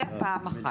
זה פעם אחת.